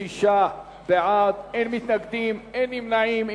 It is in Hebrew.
בעד, 26, אין מתנגדים ואין נמנעים.